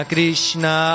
Krishna